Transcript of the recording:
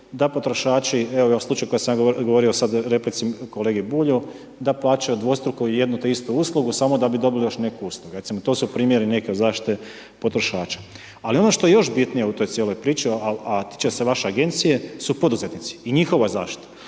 da potrošači, evo ovi slučajevi koje sam ja govorio u replici kolegi Bulju, da plaćaju dvostruku jednu te istu uslugu samo da bi dobili još neku uslugu. Recimo to su primjeri neke od zaštite potrošača. Ali ono što je još bitnije u cijeloj toj priči, a te se vaše agencije su poduzetnici i njihova zaštita.